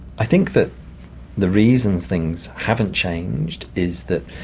i think that the reasons things haven't changed is that